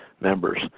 members